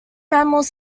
mammals